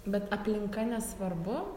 bet aplinka nesvarbu